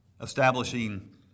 Establishing